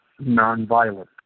nonviolent